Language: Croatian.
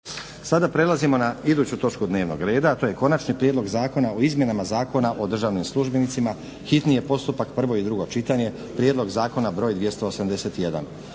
Sada prelazimo na iduću točku dnevnog reda, a to je: - Konačni prijedlog zakona o izmjenama Zakona o državnim službenicima, hitni postupak, prvo i drugo čitanje, PZ br. 281